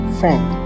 friend